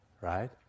right